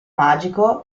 magico